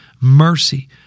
mercy